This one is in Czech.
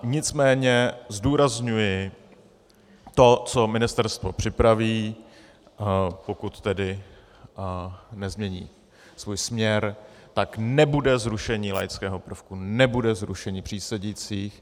Nicméně zdůrazňuji, to, co ministerstvo připraví, pokud tedy nemění svůj směr, nebude zrušení laického prvku, nebude zrušení přísedících.